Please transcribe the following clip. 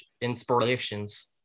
inspirations